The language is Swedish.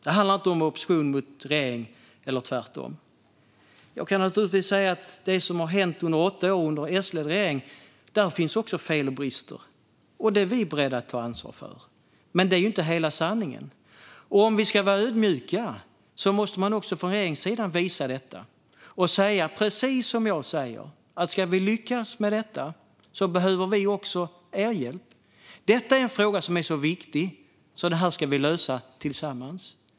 Det handlar inte om oppositionen mot regeringen eller tvärtom. Jag kan naturligtvis säga att det finns fel och brister också i det som har hänt under de åtta åren med S-ledd regering, och det är vi beredda att ansvar för. Men det är ju inte hela sanningen. Och om vi ska vara ödmjuka måste man också från regeringens sida visa detta och säga precis som jag säger, att om vi ska lyckas med detta behöver vi också er hjälp. Detta är en fråga som är så viktig att vi ska lösa den tillsammans.